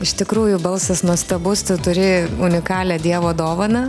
iš tikrųjų balsas nuostabus tu turi unikalią dievo dovaną